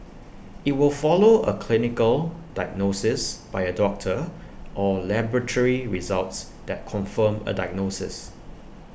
IT will follow A clinical diagnosis by A doctor or laboratory results that confirm A diagnosis